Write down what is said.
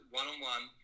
one-on-one